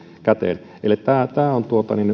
käteen eli tämä on